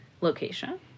location